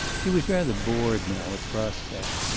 he was rather bored now at the prospect.